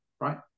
right